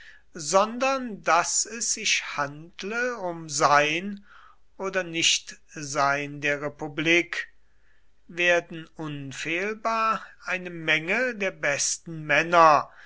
sondern daß es sich handle um sein oder nichtsein der republik werden unfehlbar eine menge der besten männer